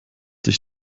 sich